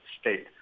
state